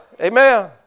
Amen